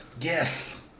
Yes